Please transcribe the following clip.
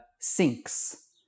Sinks